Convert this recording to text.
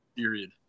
period